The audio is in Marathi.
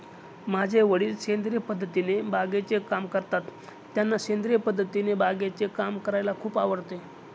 माझे वडील सेंद्रिय पद्धतीने बागेचे काम करतात, त्यांना सेंद्रिय पद्धतीने बागेचे काम करायला खूप आवडते